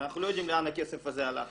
אנחנו לא יודעים לאן הכסף הזה הלך,